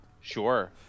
sure